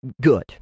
Good